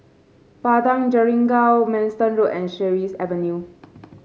Padang Jeringau Manston Road and Sheares Avenue